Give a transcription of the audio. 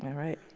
right.